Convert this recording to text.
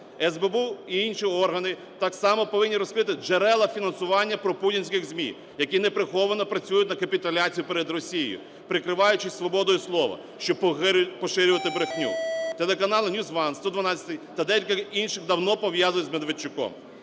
СБУ і інші органи так само повинні розкрити джерела фінансування пропутінських ЗМІ, які неприховано працюють на капітуляцію перед Росією, прикриваючись свободою слова, щоб поширювати брехню. Телеканали NewsOne, "112" та деякі інші давно пов'язують з Медведчуком.